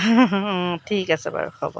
অঁ ঠিক আছে বাৰু হ'ব